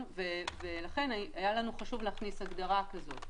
לכן היה לנו חשוב להכניס הגדרה כזאת.